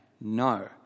no